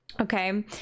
Okay